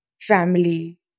family